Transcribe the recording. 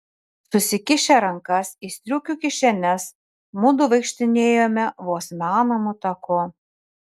susikišę rankas į striukių kišenes mudu vaikštinėjome vos menamu taku